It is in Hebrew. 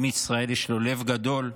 עם ישראל, יש לו לב גדול,